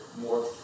more